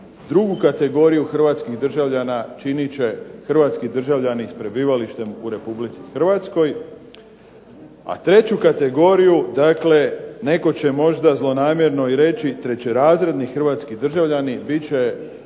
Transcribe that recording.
Drugu kategoriju Hrvatskih državljana činit će Hrvatski državljani sa prebivalištem u Republici Hrvatskoj, a treću kategoriju netko će možda zlonamjerno reći, trećerazredni Hrvatski državljani biti će